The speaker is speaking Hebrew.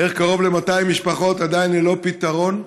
איך קרוב ל-200 משפחות עדיין ללא פתרון,